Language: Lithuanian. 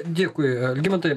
dėkui algimantai